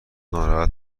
ناراحت